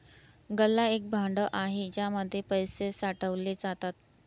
गल्ला एक भांड आहे ज्याच्या मध्ये पैसे साठवले जातात